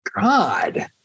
god